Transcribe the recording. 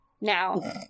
now